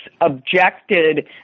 objected